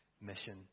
mission